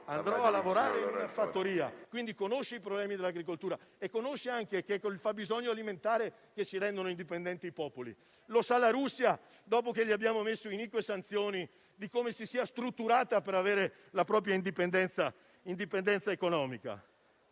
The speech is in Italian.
andò a lavorare in una fattoria, quindi conosce i problemi dell'agricoltura e sa anche che è soddisfacendo il fabbisogno alimentare che si rendono indipendenti i popoli. Lo sa la Russia, dopo che le abbiamo irrogato inique sanzioni, per cui si è strutturata per avere la propria indipendenza economica.